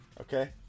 Okay